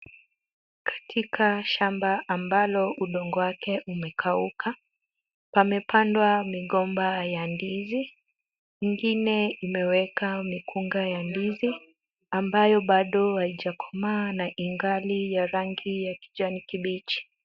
Katika shamba ambalo udongo wake umekauka. Pamepandwa migomba ya ndizi. Ingine imeweka mikunga ya ndizi ambayo bado haijakomaa na ingali ya rangi ya kijani kibichi.